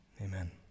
amen